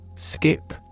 Skip